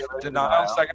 Denial